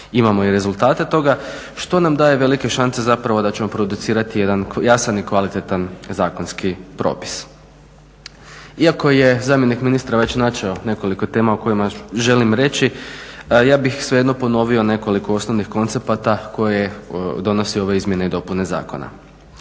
Imamo i rezultate toga što nam daje velike šanse zapravo da ćemo producirati jedan jasan i kvalitetan zakonski propis. Iako je zamjenik ministra već načeo već nekoliko tema o kojima želim reći ja bih svejedno ponovio nekoliko osnovnih koncepata koje donose ove izmjene i dopune zakona.